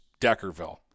Deckerville